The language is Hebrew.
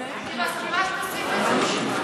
אז אני מסכימה שתוסיף את זה.